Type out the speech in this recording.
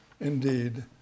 indeed